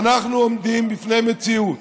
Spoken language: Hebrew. ואנחנו עומדים בפני מציאות